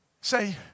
Say